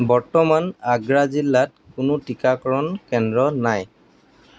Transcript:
বৰ্তমান আগ্ৰা জিলাত কোনো টিকাকৰণ কেন্দ্ৰ নাই